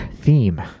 theme